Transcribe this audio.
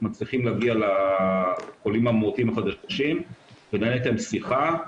מצליחים להגיע לחולים המאומתים החדשים ולנהל איתם שיחה.